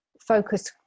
focus